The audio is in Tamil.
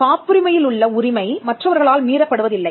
காப்புரிமையிலுள்ள உரிமை மற்றவர்களால் மீறப் படுவதில்லை